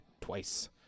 twice